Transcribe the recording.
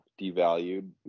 devalued